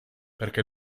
perché